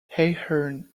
ahern